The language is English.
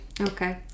Okay